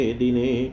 dine